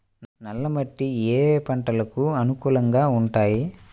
నల్ల మట్టి ఏ ఏ పంటలకు అనుకూలంగా ఉంటాయి?